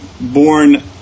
born